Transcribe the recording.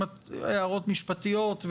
הערות משפטיות,